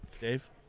Dave